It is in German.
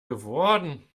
geworden